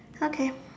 okay